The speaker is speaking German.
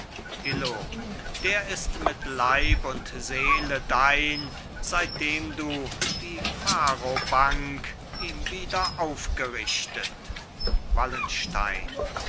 illo der ist mit leib und seele dein seitdem du die pharobank ihm wieder aufgerichtet wallenstein